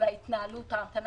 ההמתנה